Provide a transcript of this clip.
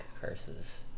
curses